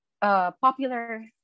popular